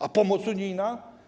A pomoc unijna?